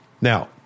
Now